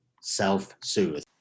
self-soothe